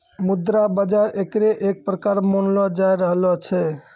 मुद्रा बाजार एकरे एक प्रकार मानलो जाय रहलो छै